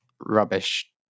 rubbish